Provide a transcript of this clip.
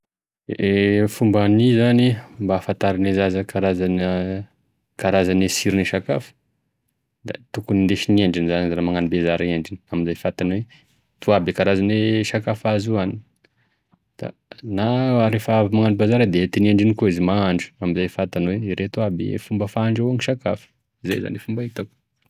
E fomba hany mba ahafantaran'e zaza karazane karazan'e sirone sakafo, da tokony hindesin' i endriny izy raha magnano bezara i endriny amizay fantany itoa aby e karazan'e sakafo azo da rehefa avy magnano bezara da entin'i endriny koa izy mahandro, amazy fantany hoe ireto aby e fomba fahandrahoagny sakafo izay zany e fomba hitako.